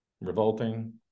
revolting